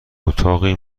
اتاقی